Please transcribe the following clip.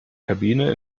kabine